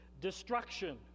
destruction